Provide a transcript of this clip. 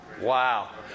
Wow